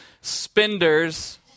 spenders